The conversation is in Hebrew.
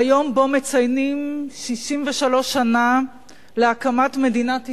ביום שבו מציינים 63 שנה להקמת מדינת ישראל,